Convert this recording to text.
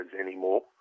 anymore